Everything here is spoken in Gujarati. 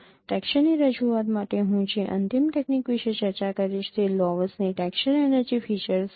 ટેક્સચરની રજૂઆત માટે હું જે અંતિમ તકનીક વિશે ચર્ચા કરીશ તે છે લૉવસ'ની ટેક્સચર એનર્જી ફીચર્સ છે